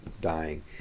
dying